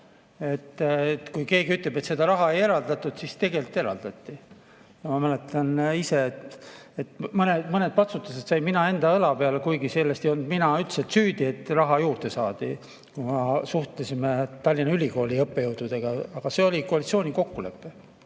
Kui keegi ütleb, et seda raha ei eraldatud, [siis peab ütlema, et] tegelikult eraldati. Ma mäletan ise, mõned patsutused sain mina enda õlale, kuigi selles ei olnud mina üldse süüdi, et raha juurde saadi. Suhtlesime Tallinna Ülikooli õppejõududega. Aga see oli koalitsiooni kokkulepe,